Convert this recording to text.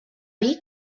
dir